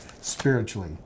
spiritually